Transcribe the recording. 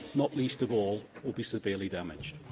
not least of all will be severely damaged.